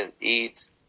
eat